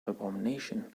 abomination